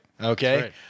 Okay